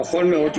נכון מאוד.